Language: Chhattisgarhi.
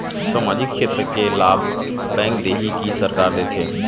सामाजिक क्षेत्र के लाभ बैंक देही कि सरकार देथे?